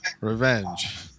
Revenge